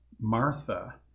Martha